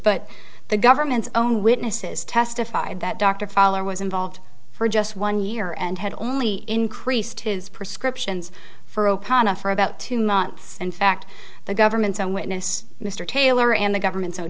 but the government's own witnesses testified that dr follower was involved for just one year and had only increased his prescriptions for opana for about two months in fact the government's own witness mr taylor and the government